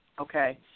okay